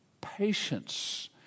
patience